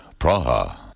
Praha